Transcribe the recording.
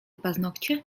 paznokcie